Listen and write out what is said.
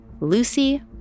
Lucy